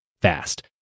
fast